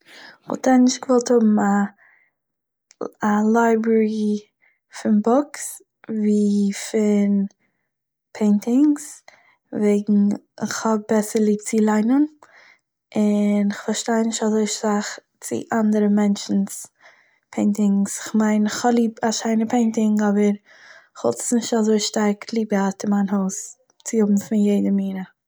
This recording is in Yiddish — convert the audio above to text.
כ'וואלט ענדערש נישט געוואלט האבן א לייברערי פון בוקס ווי פון פעינטינגס וועגן, איך האב בעסער ליב צו ליינען, און כ'פארשטיי נישט אזוי סאך צו אנדערע מענטשן'ס פעינטינגס, כ'מיין, איך האב ליב א שיינע פעינטינג אבער, כ'וואלט עס נישט אזוי שטארק ליב געהאט אין מיין הויז צו האבן פון יעדע מין